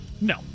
No